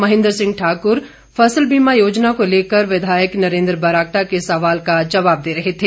महेंद्र सिंह ठाकुर फसल बीमा योजना को लेकर विधायक नरेंद्र बरागटा के सवाल का जवाब दे रहे थे